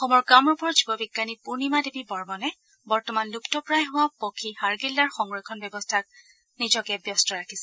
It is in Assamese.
অসমৰ কামৰূপৰ জীৱবিজ্ঞানী পূৰ্ণিমা দেৱী বৰ্মনে বৰ্তমান লুপুপ্ৰায় হোৱা পক্ষী হাড্গিলাৰ সংৰক্ষণ ব্যৱস্থাত নিজকে ব্যস্ত ৰাখিছে